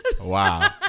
Wow